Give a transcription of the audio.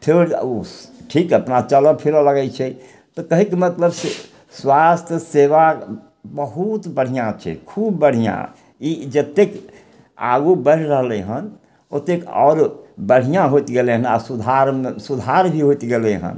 फेर ओ ठीक अपना चलऽ फिरऽ लगय छै तऽ कहयके मतलब छै स्वास्थ्य सेवा बहुत बढ़िआँ छै खूब बढ़िआँ ई जतेक आगू बढ़ि रहलय हन ओतेक आओर बढ़िआँ होयत गेलय आओर सुधार सुधार जे होइत गेलय हन